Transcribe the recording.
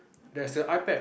there's the iPad